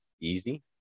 easy